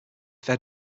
fed